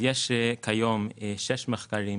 כיום שישה מחקרים